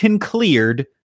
cleared